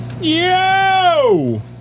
Yo